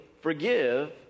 forgive